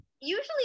usually